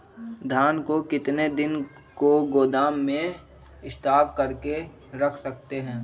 धान को कितने दिन को गोदाम में स्टॉक करके रख सकते हैँ?